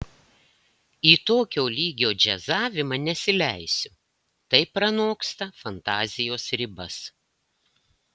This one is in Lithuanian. į tokio lygio džiazavimą nesileisiu tai pranoksta fantazijos ribas